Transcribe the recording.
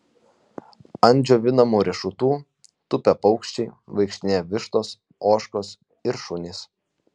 ant džiovinamų riešutų tupia paukščiai vaikštinėja vištos ožkos ir šunys